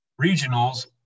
regionals